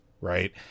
right